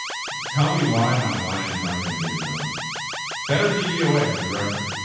tell me why my lions aren't going to get it done better dvo way for the record.